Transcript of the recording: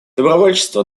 добровольчество